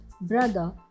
brother